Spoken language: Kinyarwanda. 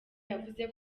yavuze